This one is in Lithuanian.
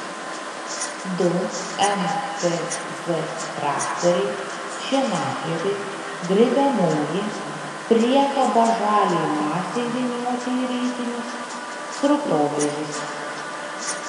du mtz traktoriai šienapjovė grėbiamoji priekaba žaliai masei vynioti į ritinius srutovežis